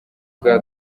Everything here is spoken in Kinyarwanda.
bwa